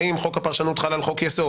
האם חוק הפרשנות חל על חוק-יסוד,